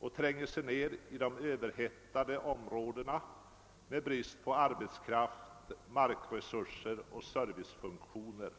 och tränger sig ned i de överhettade områdena med brist på arbetskraft, markresurser och servicefunktioner.